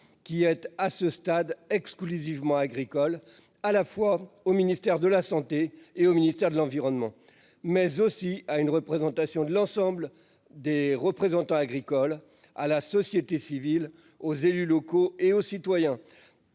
qui est à ce stade exclusivement agricole à la fois au ministère de la santé et au ministère de l'environnement mais aussi à une représentation de l'ensemble des représentants agricoles à la société civile aux élus locaux et aux citoyens.